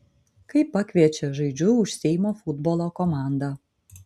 kai pakviečia žaidžiu už seimo futbolo komandą